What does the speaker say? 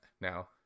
now